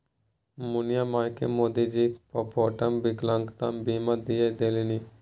मुनिया मायकेँ मोदीजी फोकटेमे विकलांगता बीमा दिआ देलनि